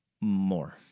more